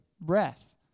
breath